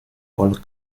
paul